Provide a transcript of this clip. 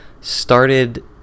started